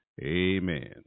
Amen